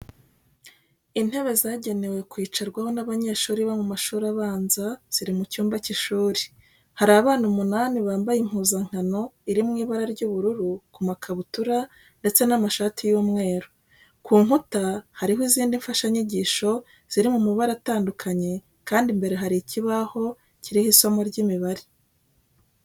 Intebe zagenewe kwicarwaho n'abanyeshuri bo mu mashuri abanza ziri mu cyumba cy'ishuri. Hari abana umunani bambaye impuzankano iri mu ibara ry'ubururu ku makabutura ndetse n'amashati y'umweru. Ku nkuta hariho izindi mfashanyigisho ziri mu mabara atandukanye kandi imbere hari ikibaho kiriho isomo ry'imibare.